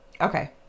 Okay